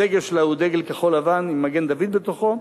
הדגל שלה הוא דגל כחול-לבן עם מגן-דוד בתוכו,